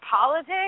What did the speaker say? politics